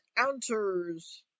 answers